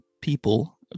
people